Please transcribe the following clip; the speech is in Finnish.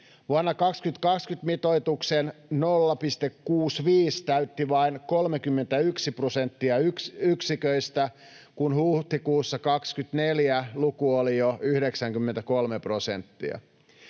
Vuonna 2020 mitoituksen 0,65 täytti vain 31 prosenttia yksiköistä, kun huhtikuussa 2024 luku oli jo 93 prosenttia.